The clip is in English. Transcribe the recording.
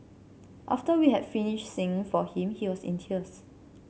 after we had finished singing for him he was in tears